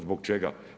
Zbog čega?